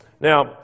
Now